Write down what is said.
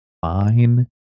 fine